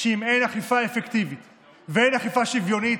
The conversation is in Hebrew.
שאם אין אכיפה אפקטיבית ואין אכיפה שוויונית,